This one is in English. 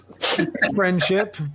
friendship